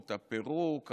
הפירוק,